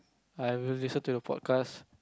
I will listen to the forecast